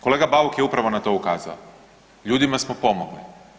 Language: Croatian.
Kolega Bauk je upravo na to ukazao, ljudima smo pomogli.